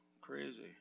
crazy